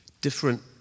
different